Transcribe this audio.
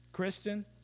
Christian